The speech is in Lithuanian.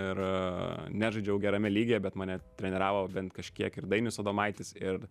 ir nežaidžiau gerame lygyje bet mane treniravo bent kažkiek ir dainius adomaitis ir